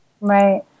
Right